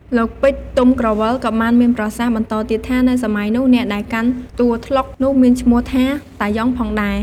លោក ពេជ្រ ទុំក្រវ៉ិល ក៏បានមានប្រសាសន៍បន្តទៀតថា នៅសម័យនោះ អ្នកដែលកាន់តួត្លុកនោះមានឈ្មោះថា “តាយ៉ង” ផងដែរ ។